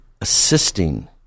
assisting